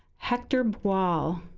hector brual.